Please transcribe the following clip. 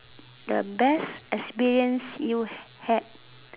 the best experience you had